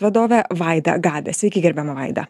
vadovę vaidą gabę sveiki gerbiama vaida